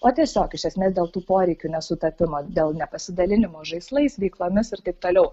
o tiesiog iš esmės dėl tų poreikių nesutapimo dėl nepasidalinimo žaislais veiklomis ir taip toliau